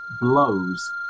blows